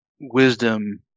wisdom